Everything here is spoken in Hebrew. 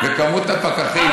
ומספר הפקחים,